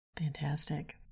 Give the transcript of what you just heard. Fantastic